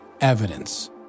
evidence